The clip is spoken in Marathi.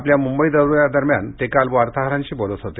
आपल्या मुंबई दौ यादरम्यान ते काल वार्ताहरांशी बोलत होते